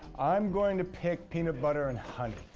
i'm going to pick peanut butter and honey.